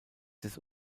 des